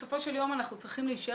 בסופו של יום אנחנו צריכים להישאר